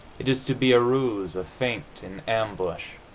it is to be a ruse, a feint, an ambush.